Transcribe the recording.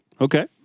Okay